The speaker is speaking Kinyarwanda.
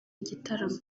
igitaramo